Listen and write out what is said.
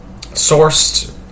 sourced